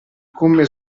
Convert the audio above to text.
come